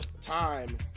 Time